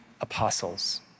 apostles